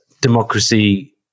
democracy